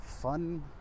fun